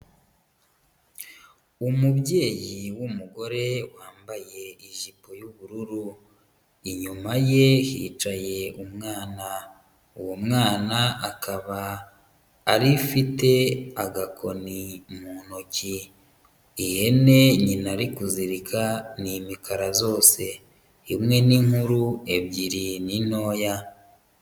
Umubyeyi w'umugore wambaye ijipo y'ubururu. Inyuma ye hicaye umwana uwo mwana akaba ariwe ufite agakoni mu ntoki ihene nyina ari kuzirika ni imikara zose imwe n'inkuru ebyiri ni intoya.